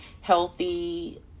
healthy